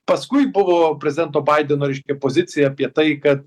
paskui buvo prezidento baideno reiškia pozicija apie tai kad